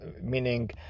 meaning